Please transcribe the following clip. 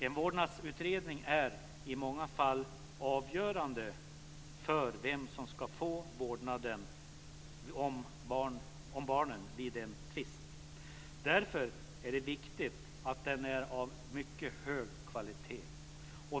En vårdnadsutredning är i många fall avgörande för vem som ska få vårdnaden om barnen vid en tvist. Därför är det viktigt att den är av mycket hög kvalitet.